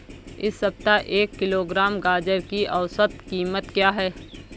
इस सप्ताह एक किलोग्राम गाजर की औसत कीमत क्या है?